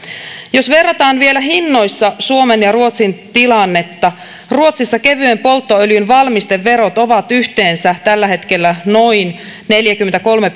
jos verrataan vielä hinnoissa suomen ja ruotsin tilannetta ruotsissa kevyen polttoöljyn valmisteverot ovat yhteensä tällä hetkellä noin neljäkymmentäkolme